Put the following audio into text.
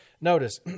Notice